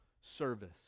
service